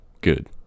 good